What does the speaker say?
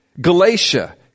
Galatia